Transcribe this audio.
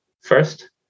first